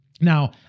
Now